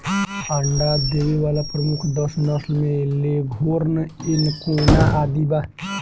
अंडा देवे वाला प्रमुख दस नस्ल में लेघोर्न, एंकोना आदि बा